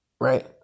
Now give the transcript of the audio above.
right